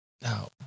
Now